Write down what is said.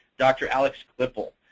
dr. alex klippel.